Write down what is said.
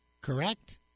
Correct